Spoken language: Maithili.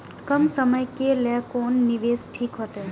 कम समय के लेल कोन निवेश ठीक होते?